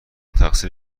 تقصیر